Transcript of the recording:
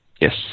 Yes